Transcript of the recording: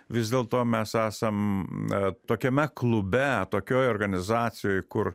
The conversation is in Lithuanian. vis dėlto mes esam tokiame klube tokioj organizacijoj kur